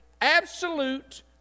absolute